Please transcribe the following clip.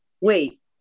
wait